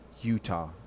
Utah